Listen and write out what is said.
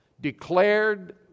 declared